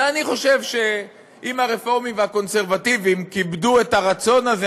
ואני חושב שאם הרפורמים והקונסרבטיבים כיבדו את הרצון הזה,